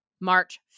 March